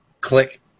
click